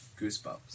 Goosebumps